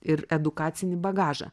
ir edukacinį bagažą